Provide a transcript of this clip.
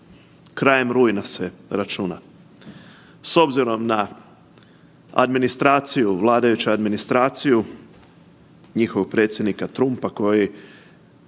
krajem rujna se računa. S obzirom na vladajuću administraciju njihovog predsjednika Trumpa koji